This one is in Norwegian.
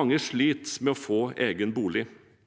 Mange sliter med å få egen bolig.